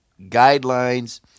guidelines